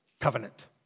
covenant